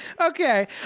okay